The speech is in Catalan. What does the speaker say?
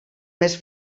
més